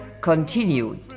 continued